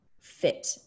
fit